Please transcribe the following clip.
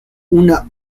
una